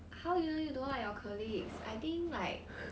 how do you know you don't like your colleagues I think like